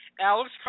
alex